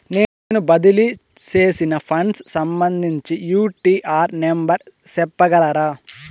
నేను బదిలీ సేసిన ఫండ్స్ సంబంధించిన యూ.టీ.ఆర్ నెంబర్ సెప్పగలరా